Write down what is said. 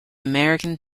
american